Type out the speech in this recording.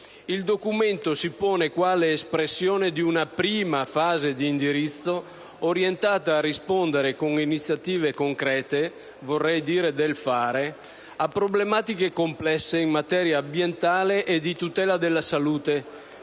Il documento si pone quale espressione di una prima fase di indirizzo orientata a rispondere con iniziative concrete, vorrei dire «del fare», a problematiche complesse in materia ambientale e di tutela della salute